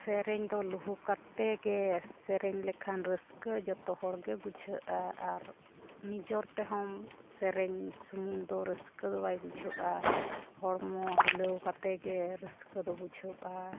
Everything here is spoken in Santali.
ᱥᱮᱨᱮᱧ ᱫᱚ ᱞᱩᱦᱩᱠ ᱟᱛᱮ ᱜᱮ ᱥᱮᱨᱮᱧ ᱞᱮᱠᱷᱟᱱ ᱨᱟᱹᱥᱠᱟᱹ ᱡᱚᱛᱚ ᱦᱚᱲᱜᱮ ᱵᱩᱡᱷᱟᱹᱜᱼᱟ ᱟᱨ ᱱᱤᱡᱚ ᱛᱮᱦᱚᱢ ᱥᱮᱨᱮᱧ ᱥᱩᱢᱩᱝ ᱫᱚ ᱨᱟᱹᱥᱠᱟᱹ ᱫᱚ ᱵᱟᱭ ᱵᱩᱡᱷᱟᱹᱜᱼᱟ ᱦᱚᱲᱢᱚ ᱦᱤᱞᱟᱹᱣ ᱠᱟᱛᱮᱫ ᱜᱮ ᱨᱟᱹᱥᱠᱟᱹ ᱫᱚ ᱵᱩᱡᱷᱟᱹᱜᱼᱟ